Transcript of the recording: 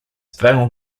fell